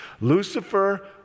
Lucifer